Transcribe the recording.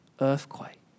earthquake